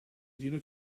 gino